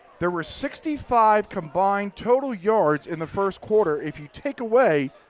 there was sixty five combined total yards in the first quarter if you take away